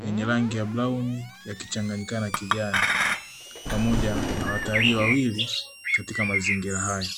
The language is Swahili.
yenye rangi ya browni yakichanganyikana na kijani. Pamoja na watalii wawili katika mazingira hayo.